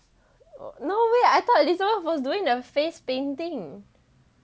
no way I thought elizabeth was doing the face painting